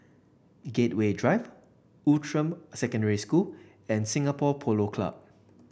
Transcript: Gateway Drive Outram Secondary School and Singapore Polo Club